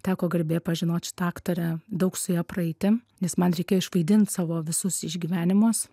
teko garbė pažinot šitą aktorę daug su ja praeiti nes man reikėjo išvaidint savo visus išgyvenimus